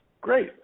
great